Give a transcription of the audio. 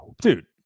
Dude